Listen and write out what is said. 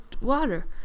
water